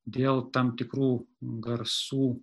dėl tam tikrų garsų